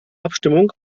abstimmung